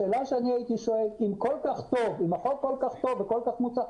השאלה שאני הייתי שואל היא אם החוק כל כך טוב וכל כך מוצלח,